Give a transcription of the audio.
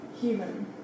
human